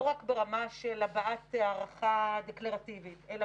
לא רק ברמה של הבעת הערכה דקלרטיבית אלא